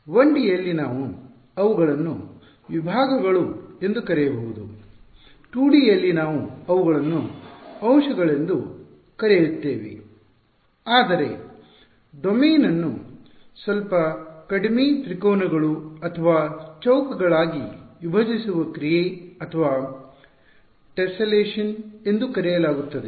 1ಡಿ ಯಲ್ಲಿ ನಾವು ಅವುಗಳನ್ನು ವಿಭಾಗಗಳು ಎಂದು ಕರೆಯಬಹುದು 2ಡಿ ಯಲ್ಲಿ ನಾವು ಅವುಗಳನ್ನು ಅಂಶಗಳೆಂದು ಕರೆಯುತ್ತೇವೆ ಆದರೆ ಡೊಮೇನ್ ಅನ್ನು ಸ್ವಲ್ಪ ಕಡಿಮೆ ತ್ರಿಕೋನಗಳು ಅಥವಾ ಚೌಕಗಳಾಗಿ ವಿಭಜಿಸುವ ಕ್ರಿಯೆ ಅಥವಾ ಟೆಸ್ಸೆಲೇಷನ್ ಎಂದು ಕರೆಯಲಾಗುತ್ತದೆ